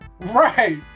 right